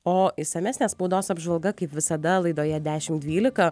o išsamesnė spaudos apžvalga kaip visada laidoje dešim dvylika